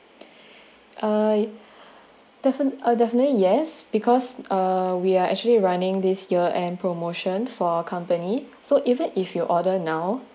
uh defi~ uh definitely yes because uh we are actually running this year end promotion for company so even if your order now